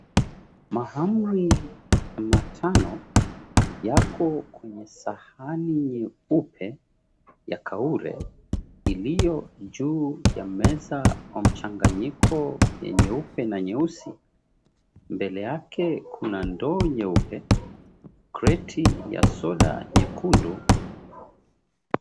Mahamri matano yako kwenye sahani nyeupe ya kaule iliyojuu ya meza ya mchanganyiko ya nyeupe na nyeusi. Mbele yake kunandoo nyeupe kreti ya soda nyekundu.